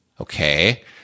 Okay